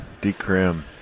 Decrim